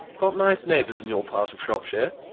got nice neighbours in your part of shropshire?